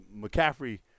McCaffrey